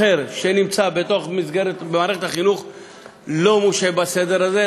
ועובד שירות אחר שנמצא במערכת החינוך לא מושעה בסדר הזה.